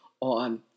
on